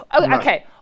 okay